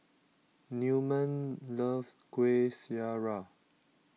Newman loves Kueh Syara